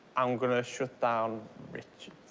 i'm going to shut down richard.